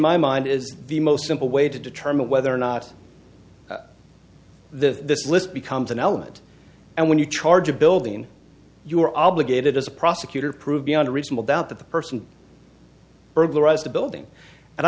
my mind is the most simple way to determine whether or not the list becomes an element and when you charge a building you are obligated as a prosecutor prove beyond a reasonable doubt that the person burglarized the building and i